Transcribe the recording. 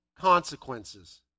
consequences